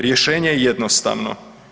Rješenje je jednostavno.